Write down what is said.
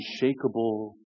unshakable